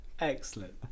Excellent